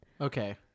Okay